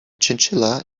chinchilla